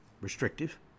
restrictive